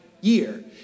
year